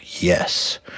yes